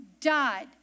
Died